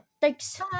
Thanks